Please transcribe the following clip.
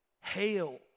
hail